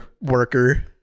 worker